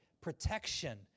protection